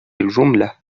الجملة